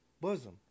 bosom